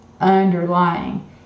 underlying